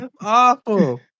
Awful